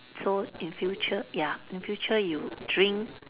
so in future ya in future you drink